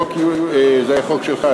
זה היה חוק שלך,